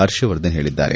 ಹರ್ಷವರ್ಧನ್ ಹೇಳಿದ್ದಾರೆ